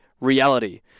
reality